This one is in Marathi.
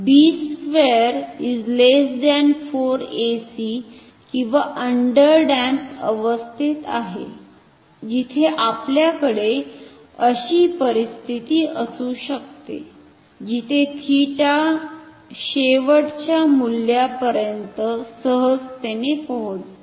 तर हि b2 4 ac किंवा अंडर डॅम्प अवस्थेत आहे जिथे आपल्याकडे अशी परिस्थिती असू शकते जिथे थीटा शेवटच्या मुल्यापर्यंत सहजतेने पोहोचते